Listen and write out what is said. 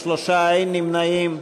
63, אין נמנעים.